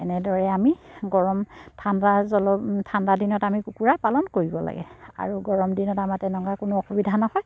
এনেদৰে আমি গৰম ঠাণ্ডা জল ঠাণ্ডা দিনত আমি কুকুৰা পালন কৰিব লাগে আৰু গৰম দিনত আমাৰ তেনেকুৱা কোনো অসুবিধা নহয়